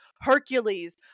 Hercules